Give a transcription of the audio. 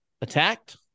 attacked